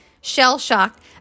shell-shocked